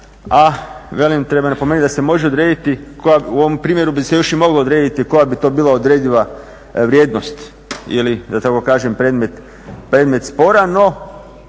a velim treba napomenuti da se može odrediti u ovom primjeru bi se još i moglo odrediti koja bi to bila odrediva vrijednost ili da tako kažem predmet spora. No,